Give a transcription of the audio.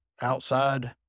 outside